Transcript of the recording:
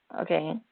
Okay